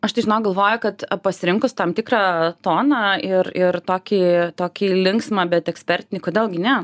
aš tai žinau galvoju kad pasirinkus tam tikrą toną ir ir tokį tokį linksmą bet ekspertinį kodėl gi ne